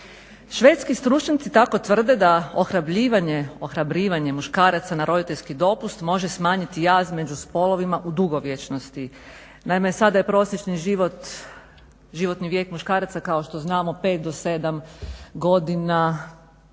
Švedski stručnjaci tako tvrde da ohrabrivanje muškaraca na roditeljski dopust može smanjiti jaz među spolovima u dugovječnosti. Naime, sada je prosječni životni vijek muškaraca kao što znamo 5 do 7 godina